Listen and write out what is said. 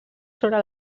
sobre